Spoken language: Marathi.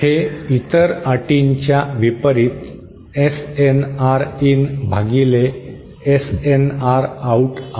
हे इतर अटींच्या विपरीत SNR इन भागिले SNR आउट आहे